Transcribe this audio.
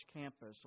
campus